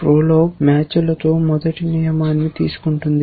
PROLOG మ్యాచ్లతో మొదటి నియమాన్ని తీసుకుంటుంది